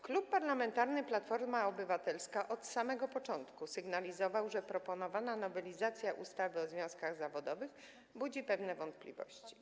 Klub Parlamentarny Platforma Obywatelska od samego początku sygnalizował, że proponowana nowelizacja ustawy o związkach zawodowych budzi pewne wątpliwości.